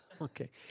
Okay